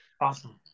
awesome